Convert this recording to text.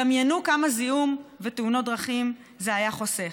דמיינו כמה זיהום ותאונות דרכים זה היה חוסך.